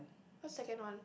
what second one